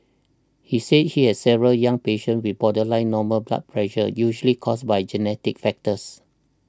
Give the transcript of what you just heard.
he said he has several young patients with borderline normal blood pressure usually caused by genetic factors